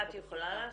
את יכולה לעשות?